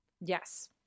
yes